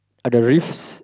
uh the riffs